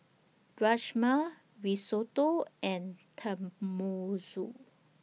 Rajma Risotto and Tenmusu